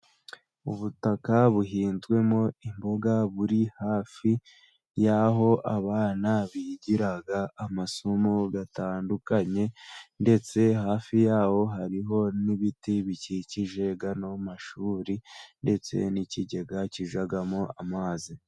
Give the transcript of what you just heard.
Ubutaka buhinzwemo imboga buri hafi y'aho abana bigira amasomo atandukanye ,ndetse hafi y'aho hariho n'ibiti bikikije ano mashuri, ndetse n'ikigega kijyamo amazi.